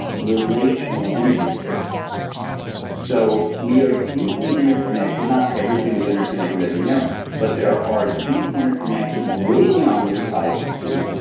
relational energy states so we are deeply interconnected. not everything is interconnected with everything else but there are deep interconnections way beyond what the eye can see,